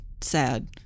sad